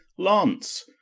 launce!